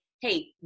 Hey